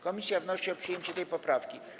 Komisja wnosi o przyjęcie tej poprawki.